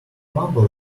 mumble